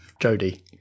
Jody